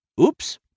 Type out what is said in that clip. Oops